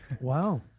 Wow